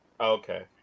Okay